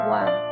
one